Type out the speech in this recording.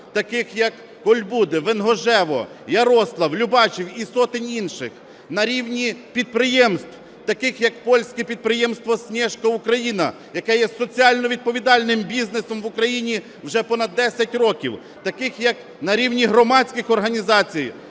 таких, як Кольбуди, Венгожево, Ярослав, Любачів і сотень інших, на рівні підприємств, таких як польське підприємство "Снєжка-Україна", яке є соціально відповідальним бізнесом в Україні вже понад 10 років. Таких як на рівні громадських організацій,